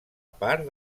part